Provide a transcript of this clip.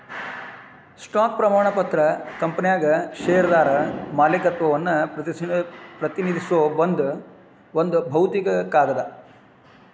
stock ಪ್ರಮಾಣ ಪತ್ರ ಕಂಪನ್ಯಾಗ ಷೇರ್ದಾರ ಮಾಲೇಕತ್ವವನ್ನ ಪ್ರತಿನಿಧಿಸೋ ಒಂದ್ ಭೌತಿಕ ಕಾಗದ